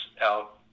out